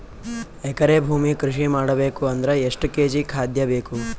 ಎಕರೆ ಭೂಮಿ ಕೃಷಿ ಮಾಡಬೇಕು ಅಂದ್ರ ಎಷ್ಟ ಕೇಜಿ ಖಾದ್ಯ ಬೇಕು?